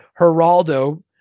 Geraldo